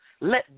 Let